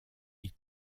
ils